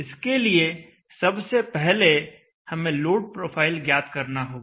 इसके लिए सबसे पहले हमें लोड प्रोफाइल ज्ञात करना होगा